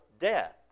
death